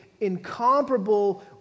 incomparable